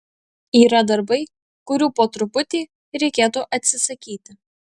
yra darbai kurių po truputį reikėtų atsisakyti